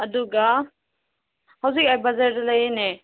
ꯑꯗꯨꯒ ꯍꯧꯖꯤꯛ ꯑꯩ ꯕꯖꯥꯔꯗ ꯂꯩꯌꯦꯅꯦ